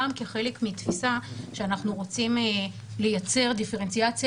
גם כחלק מתפיסה שאנחנו רוצים לייצר דיפרנציאציה